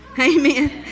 Amen